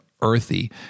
Earthy